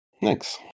Thanks